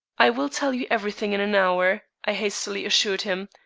i will tell you every thing in an hour, i hastily assured him.